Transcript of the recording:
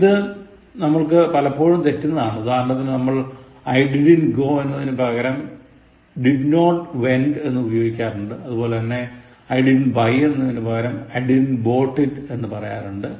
ഇത് നമ്മൾക്ക് പലപ്പോഴും തെറ്റുന്നതാണ് ഉദാഹരണത്തിന് നമ്മൾ I didn't go എന്നതിന് പകരം did not went എന്ന് ഉപയോഗിക്കാറുണ്ട് അതുപോലെ I didn't buy എന്നതിന് പകരം I didn't bought it എന്ന് പറയാറുണ്ട്